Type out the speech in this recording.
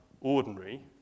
ordinary